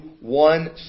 one